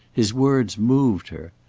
his words moved her.